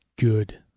good